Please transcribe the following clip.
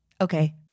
Okay